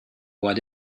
what